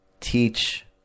teach